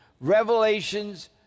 revelations